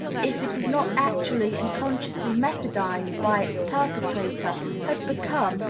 if it is not actually and consciously methodized by its perpetrator, has become,